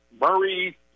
Murray